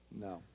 no